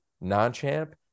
non-champ